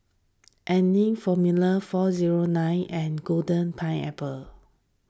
Anlene formula four zero nine and Golden Pineapple